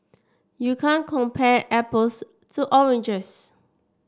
you can't compare apples to oranges